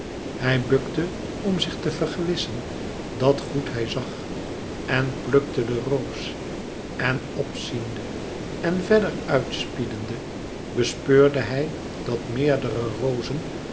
hij bukte om zich te vergewissen dat goed hij zag en plukte de roos en op ziende en verder uit spiedende bespeurde hij dat meerdere rozen